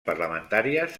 parlamentàries